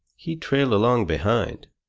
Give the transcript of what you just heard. he trailed along behind.